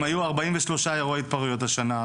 אם היו ארבעים ותשעה אירועי התפרעויות השנה,